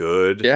Good